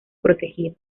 protegido